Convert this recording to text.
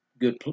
good